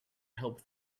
help